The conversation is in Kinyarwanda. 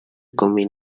kumi